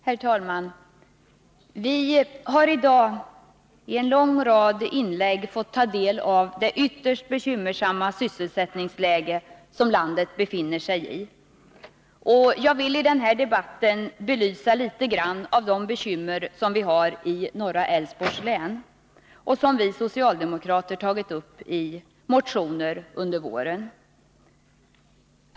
Herr talman! Vi har i dag i en lång rad inlägg fått ta del av det ytterst bekymmersamma sysselsättningsläge som landet befinner sig i. Jag vill i denna debatt belysa litet grand av de bekymmer som föreligger i norra Älvsborgs län och som vi socialdemokrater tagit upp i motioner under våren.